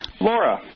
Laura